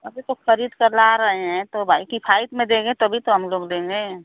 अभी तो खरीद कर ला रहे हैं तो भाई किफायत में देंगे तभी तो हम लोग लेंगे